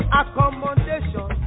accommodation